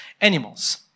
animals